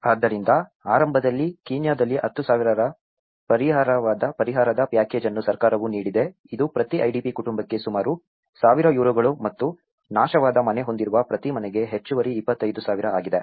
ಆದ್ದರಿಂದ ಆರಂಭದಲ್ಲಿ ಕೀನ್ಯಾದಲ್ಲಿ 10000 ರ ಪರಿಹಾರದ ಪ್ಯಾಕೇಜ್ ಅನ್ನು ಸರ್ಕಾರವು ನೀಡಿದೆ ಇದು ಪ್ರತಿ IDP ಕುಟುಂಬಕ್ಕೆ ಸುಮಾರು 100 ಯುರೋಗಳು ಮತ್ತು ನಾಶವಾದ ಮನೆ ಹೊಂದಿರುವ ಪ್ರತಿ ಮನೆಗೆ ಹೆಚ್ಚುವರಿ 25000 ಆಗಿದೆ